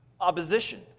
opposition